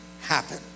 happen